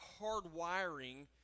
hardwiring